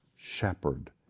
shepherd